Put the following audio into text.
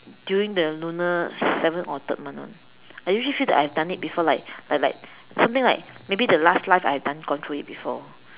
during the lunar seven or third month [one] I usually feel like I've done it before like like like something like maybe the last life I've done gone through it before